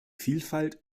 vielfalt